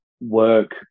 work